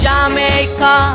Jamaica